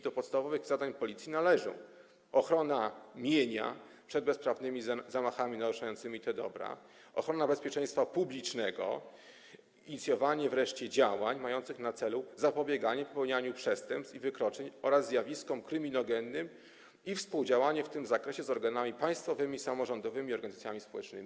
Do podstawowych zadań Policji należą: ochrona mienia przed bezprawnymi zamachami naruszającymi te dobra, ochrona bezpieczeństwa publicznego, wreszcie inicjowanie działań mających na celu zapobieganie popełnianiu przestępstw i wykroczeń oraz zjawiskom kryminogennym i współdziałanie w tym zakresie z organami państwowymi, samorządowymi i organizacjami społecznymi.